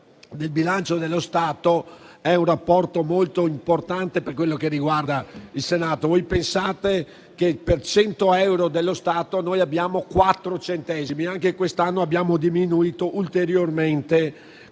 del bilancio dello Stato è molto importante per quello che riguarda il Senato. Pensate che per 100 euro dello Stato, noi abbiamo quattro centesimi: anche quest'anno abbiamo diminuito ulteriormente